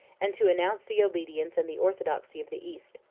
and to announce the obedience and the orthodoxy of the east.